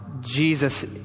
Jesus